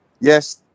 yes